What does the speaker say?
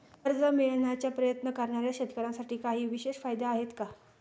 कर्ज मिळवण्याचा प्रयत्न करणाऱ्या शेतकऱ्यांसाठी काही विशेष फायदे आहेत का?